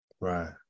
right